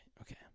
okay